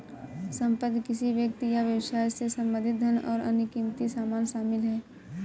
संपत्ति किसी व्यक्ति या व्यवसाय से संबंधित धन और अन्य क़ीमती सामान शामिल हैं